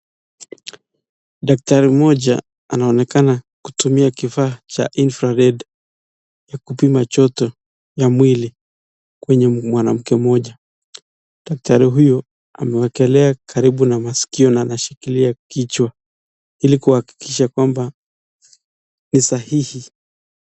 Daktari mmoja anaonekana kutumia kifa cha infrared ya kupima choto ya mwili kwenye mwanamke mmoja. Daktari huyo amewakelea karibu na masikio na anashikilia kichwa ili kuhakikisha kwamba ni sahihi.